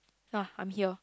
I'm here